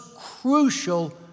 crucial